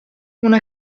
una